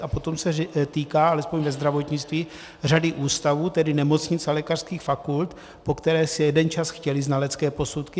A potom se týká, alespoň ve zdravotnictví, řady ústavů, tedy nemocnic a lékařských fakult, po kterých se jeden čas chtěly znalecké posudky.